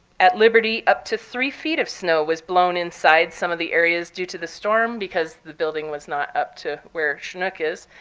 at liberty, up to three feet of snow was blown inside some of the areas due to the storm because the building was not up to where chinook is,